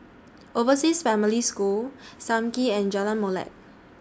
Overseas Family School SAM Kee and Jalan Molek